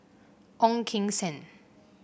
Ong Keng Sen